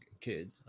kid